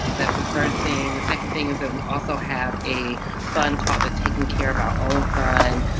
that's the first thing. the second thing is that we also have a fund called the taking care of our own fund.